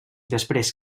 després